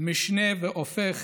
משנה והפך